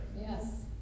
Yes